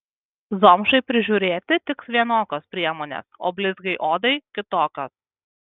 zomšai prižiūrėti tiks vienokios priemonės o blizgiai odai kitokios